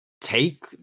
take